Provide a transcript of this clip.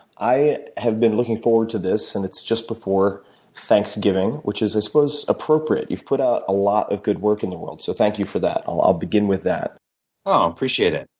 i have been looking forward to this, and it's just before thanksgiving, which is i suppose appropriate. you've put out a lot of good work in the world, so thank you for that. i'll i'll begin with that. i ah appreciate it.